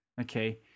Okay